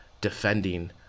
defending